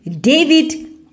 David